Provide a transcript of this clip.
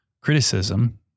criticism